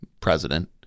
president